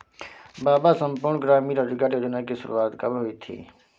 बाबा संपूर्ण ग्रामीण रोजगार योजना की शुरुआत कब हुई थी?